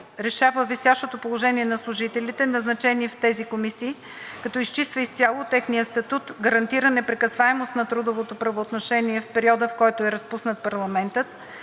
решава висящото положение на служителите, назначени в тези комисии, като изчиства изцяло техния статут, гарантира непрекъсваемост на трудовото правоотношение в периода, в който е разпуснат парламентът,